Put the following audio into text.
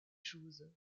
choses